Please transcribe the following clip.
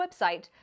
website